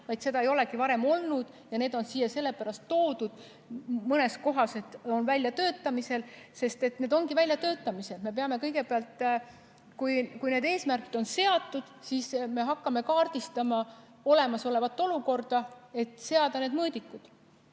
vaid seda ei olegi varem olnud. Ja need on siia sellepärast toodud, mõnes kohas on öeldud "väljatöötamisel", sest need ongi väljatöötamisel. Me peame kõigepealt [eesmärgid seadma]. Kui eesmärgid on seatud, siis me hakkame kaardistama olemasolevat olukorda, et seada need mõõdikud.